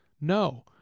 no